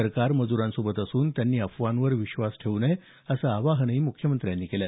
सरकार मजुरांसोबत असून त्यांनी अफवांवर विश्वास ठेऊ नये असं आवाहन त्यांनी यावेळी केलं